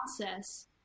process